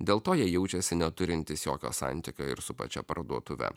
dėl to jie jaučiasi neturintys jokio santykio ir su pačia parduotuve